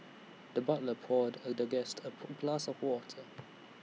the butler poured A the guest A of water